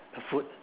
the food